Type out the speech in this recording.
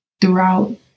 throughout